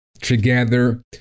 together